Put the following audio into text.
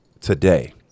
today